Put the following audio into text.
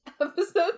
Episode